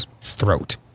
throat